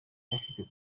afite